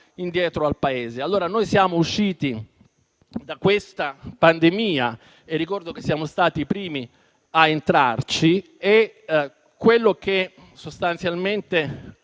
indietro al Paese. Noi siamo usciti dalla pandemia e ricordo che siamo stati i primi a entrarci. Quello che sostanzialmente